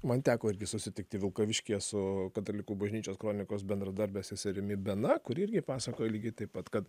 man teko susitikti vilkaviškyje su katalikų bažnyčios kronikos bendradarbe seserimi bena kuri irgi pasakojo lygiai taip pat kad